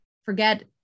forget